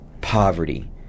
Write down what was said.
poverty